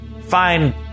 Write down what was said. fine